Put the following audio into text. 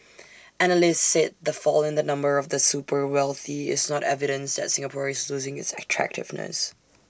analysts said the fall in the number of the super wealthy is not evidence that Singapore is losing its attractiveness